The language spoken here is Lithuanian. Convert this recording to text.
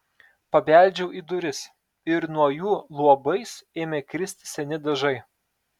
pabeldžiau į duris ir nuo jų luobais ėmė kristi seni dažai